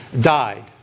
died